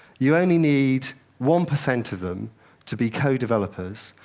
you only need one percent of them to be co-developers,